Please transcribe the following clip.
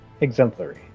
exemplary